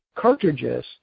cartridges